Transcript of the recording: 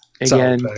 again